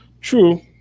True